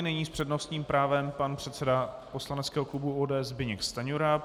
Nyní s přednostním právem pan předseda poslaneckého klubu ODS Zbyněk Stanjura.